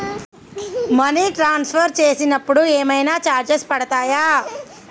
Money transfer చేసినప్పుడు ఏమైనా charges పడతయా?